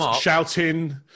shouting